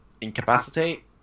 incapacitate